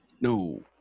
No